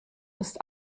ist